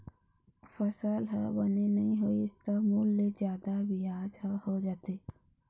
फसल ह बने नइ होइस त मूल ले जादा बियाज ह हो जाथे